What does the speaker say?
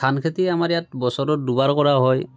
ধান খেতি আমাৰ ইয়াত বছৰত দুবাৰ কৰা হয়